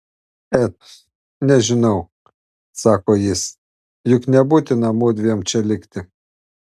et nežinau sako jis juk nebūtina mudviem čia likti